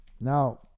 now